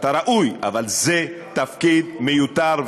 אתה ראוי, אבל זה תפקיד מיותר.